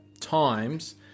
times